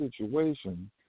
situation